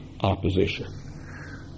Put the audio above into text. opposition